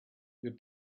your